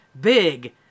big